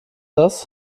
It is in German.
das